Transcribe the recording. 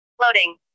Loading